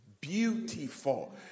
beautiful